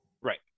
Right